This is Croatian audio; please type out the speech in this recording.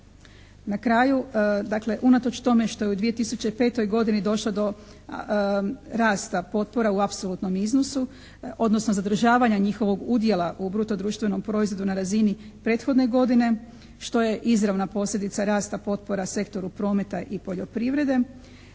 Na kraju dakle, unatoč tome što je u 2005. godini došlo do rasta potpora u apsolutnom iznosu odnosno zadržavanja njihovog udjela u bruto društvenom proizvodu na razini prethodne godine što je izravna posljedica rasta potpora sektoru prometa i poljoprivrede,